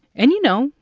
and, you know,